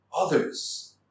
others